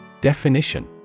Definition